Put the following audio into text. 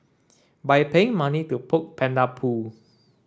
by paying money to poke panda poo